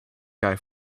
guy